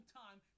time